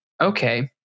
okay